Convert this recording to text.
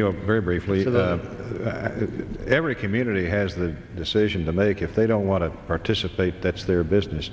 your very briefly to the every community has a decision to make if they don't want to participate that's their business